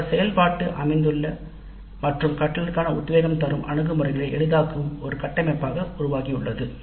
பல செயல்பாட்டு அம்சங்களை உள்ளடக்கியதாகும் கற்றலுக்கான தூண்டுதலான அணுகுமுறைகள் கொண்ட ஒரு கட்டமைப்பாக உருவாகியுள்ளது